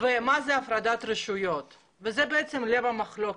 ומה זה הפרדת רשויות וזה בעצם לב המחלוקת.